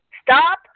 Stop